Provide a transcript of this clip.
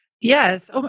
Yes